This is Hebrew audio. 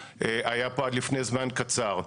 היה פה עד לפני זמן קצר.